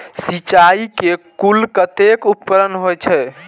सिंचाई के कुल कतेक उपकरण होई छै?